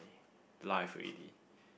life already